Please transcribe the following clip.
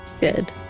good